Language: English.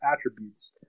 attributes